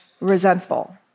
resentful